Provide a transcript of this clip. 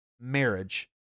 marriage